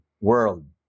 world